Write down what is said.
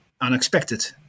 unexpected